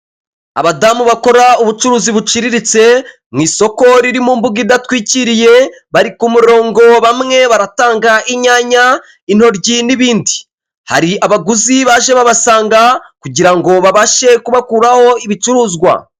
Abadamu bakora ubucuruzi buciriritse, mu isoko riri m'imbuga idatwikiriye bari ku murongo bamwe baratanga inyanya, intoryi n'ibindi, hari abaguzi baje babasanga kugira ngo babashe kubakuraho ibicuruzwa.